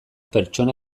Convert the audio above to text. pertsona